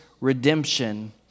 redemption